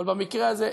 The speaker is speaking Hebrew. אבל במקרה הזה,